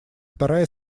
вторая